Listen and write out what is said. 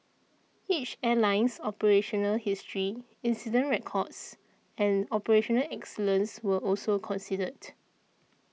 each airline's operational history incident records and operational excellence were also considered